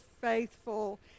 faithful